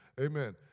Amen